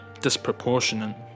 disproportionate